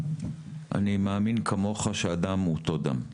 אני מאמין כמוך שהדם הוא אותו דם.